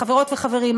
חברות וחברים,